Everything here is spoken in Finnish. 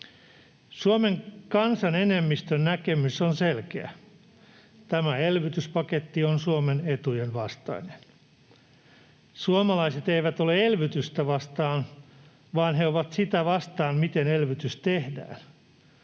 Suomen kansan enemmistön näkemys on selkeä: tämä elpymispaketti on Suomen etujen vastainen. Suomalaiset eivät ole elvytystä vastaan, vaan he ovat sitä vastaan, miten elvytys tehdään.